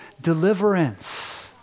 deliverance